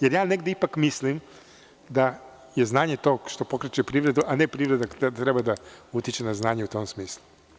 Ja negde ipak mislim da je znanje to što pokreće privredu, a ne privreda da treba da utiče na znanje u tom smislu.